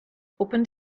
open